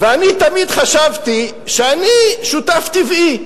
ואני תמיד חשבתי שאני שותף טבעי.